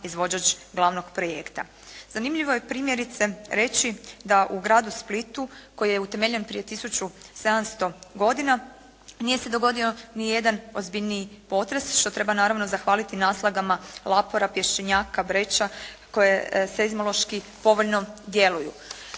izvođač glavnog projekta. Zanimljivo je primjerice reći da u gradu Splitu koji je utemeljen prije 1700 godina nije se dogodio ni jedan ozbiljniji potres što treba naravno zahvaliti naslagama lapora, pješčenjaka, breča koje sezmološki povoljno djeluju.